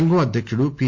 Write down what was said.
సంఘం అధ్యకుడు పి